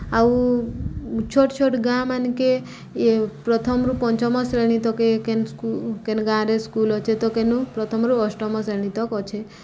ଆଉ ଛୋଟ୍ ଛୋଟ୍ ଗାଁ ମାନ୍କେ ଇ ପ୍ରଥମରୁ ପଞ୍ଚମ ଶ୍ରେଣୀ ତକେ କେନ୍ କେନ୍ ଗାଁରେ ସ୍କୁଲ୍ ଅଛେ ତ କେନୁ ପ୍ରଥମ୍ରୁ ଅଷ୍ଟମ୍ ଶ୍ରେଣୀ ତକ୍ ଅଛେ